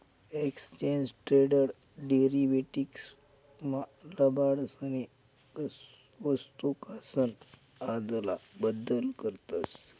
exchange traded derivatives मा लबाडसनी वस्तूकासन आदला बदल करतस